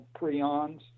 prions